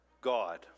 God